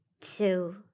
two